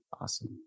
Awesome